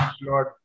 Lord